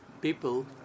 people